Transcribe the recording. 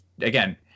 again